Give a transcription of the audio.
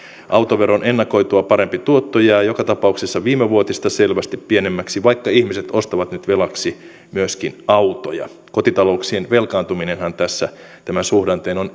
autoveron ennakoitua parempi tuotto jää joka tapauksessa viimevuotista selvästi pienemmäksi vaikka ihmiset ostavat nyt velaksi myöskin autoja kotitalouksien velkaantuminenhan tässä tämän suhdanteen on